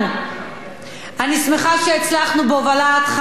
אני שמחה שהצלחנו, בהובלת חיים כץ וגפני,